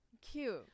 Cute